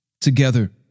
Together